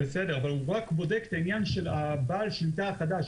בסדר, אבל הוא רק בודק את עניין בעל השליטה החדש.